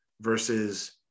versus